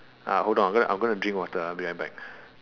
ah hold on I'm gonna I'm gonna drink water ah I'll be right back